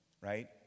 Right